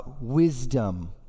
wisdom